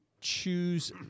choose